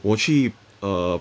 我去 err